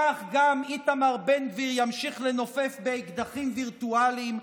כך גם איתמר בן גביר ימשיך לנופף באקדחים וירטואליים,